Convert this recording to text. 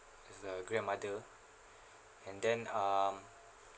as a grandmother and then um